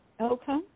Okay